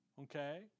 Okay